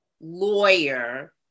lawyer